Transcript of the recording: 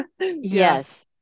Yes